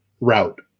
route